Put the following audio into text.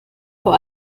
vor